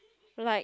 like